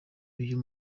uyu